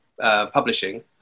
publishing